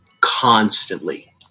constantly